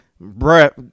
breath